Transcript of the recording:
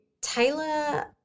Taylor